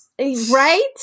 right